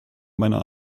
meiner